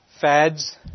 Fads